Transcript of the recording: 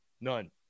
None